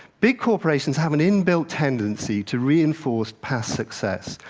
big corporations have an in-built tendency to reinforce past success.